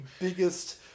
biggest